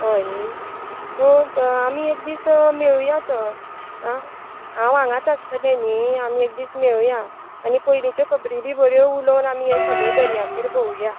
हय नी ओ आमीं एक दीस मेळुया तर हांव हांगाच आसतलें न्ही आमीं एक दीस मेळुया आनी पयलींच्यो खबरी बी बऱ्यो उलोवन आमीं ह्या सगळ्या दर्यांचेर भोंवुया